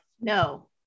no